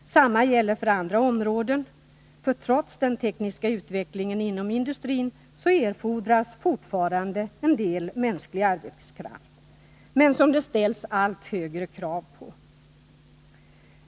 Detsamma gäller för andra områden, för trots den tekniska utvecklingen inom industrin erfordras fortfarande en del mänsklig arbetskraft, som det då ställs allt högre krav på.